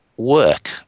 Work